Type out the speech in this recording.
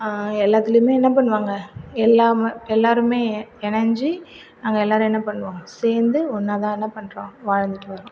எல்லாத்துலையுமே என்ன பண்ணுவாங்கள் எல்லாம எல்லாருமே இனைஞ்சி நாங்கள் எல்லாரும் என்ன பண்ணுவாங்கள் சேர்ந்து ஒன்னா தான் என்ன பண்ணுறோம் வாழ்ந்துட்டு வரோம்